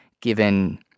given